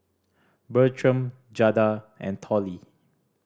Bertram Jada and Tollie